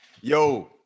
Yo